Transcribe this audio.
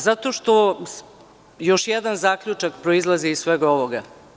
Zato što još jedan zaključak proizilazi iz svega ovoga.